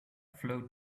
flowed